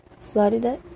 Florida